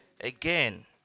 Again